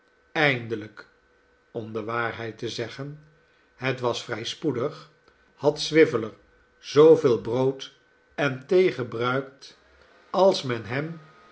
eindelijk om de waarheid te zeggen het was vr'ij spoedig had swiveller zooveel brood en thee gebruikt als men hem